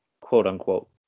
quote-unquote